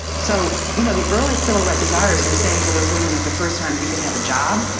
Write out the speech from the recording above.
so you know the early silhouette desires were saying to those women at the first time you can have a job,